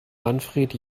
manfred